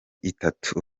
itatu